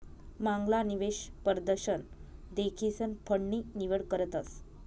मांगला निवेश परदशन देखीसन फंड नी निवड करतस